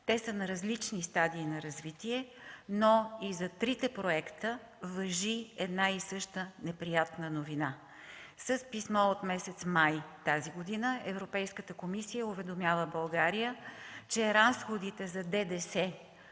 Те са на различни стадии на развитие, но и за трите проекта важи една и съща неприятна новина. С писмо от месец май тази година Европейската комисия уведомява България, че разходите за ДДС